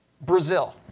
Brazil